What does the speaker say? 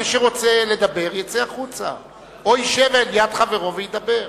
מי שרוצה לדבר, יצא החוצה או ישב ליד חברו וידבר.